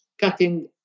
cutting